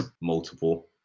multiple